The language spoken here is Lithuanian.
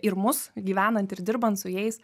ir mus gyvenant ir dirbant su jais